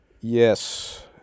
yes